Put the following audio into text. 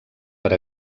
per